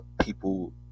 people